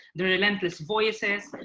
the relentless voices,